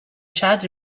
charge